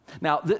Now